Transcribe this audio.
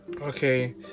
Okay